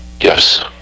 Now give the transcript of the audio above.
Yes